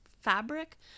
fabric